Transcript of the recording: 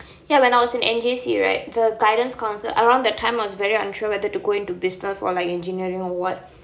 ya when I was in N_J_C right the guidance counsel around the time I was very unsure whether to go into business or like engineering or what